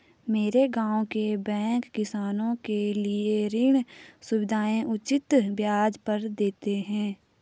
मेरे गांव के बैंक किसानों के लिए ऋण सुविधाएं उचित ब्याज पर देते हैं